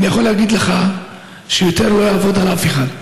אני יכול להגיד לך שיותר לא יעבוד על אף אחד.